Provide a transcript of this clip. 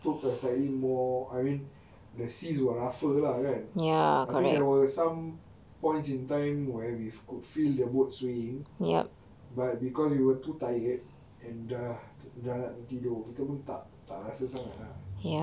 took a slightly more I mean the seas were ruffled lah kan when I think there were some points in time where we could feel their boat swing but because we were too tired and dah dah dah tertidur kita pun tak rasa sangat lah